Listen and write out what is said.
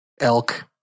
Elk